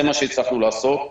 זה מה שהצלחנו לעשות.